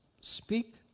speak